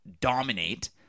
dominate